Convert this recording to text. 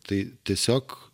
tai tiesiog